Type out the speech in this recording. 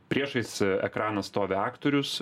priešais ekraną stovi aktorius